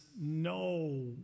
no